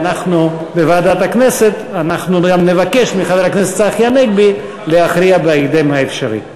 ובוועדת הכנסת אנחנו גם נבקש מחבר הכנסת צחי הנגבי להכריע בהקדם האפשרי.